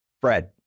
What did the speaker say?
fred